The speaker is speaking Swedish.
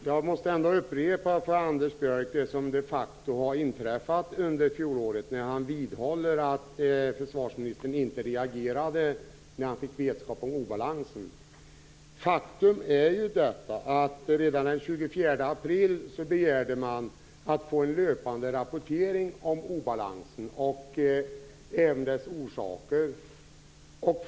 Herr talman! När Anders Björck vidhåller att försvarsministern inte reagerade då han fick vetskap om obalansen måste jag upprepa för Anders Björck vad som de facto inträffade under fjolåret. Faktum är att man redan den 24 april begärde att få en löpande rapportering om obalansen och om dess orsaker.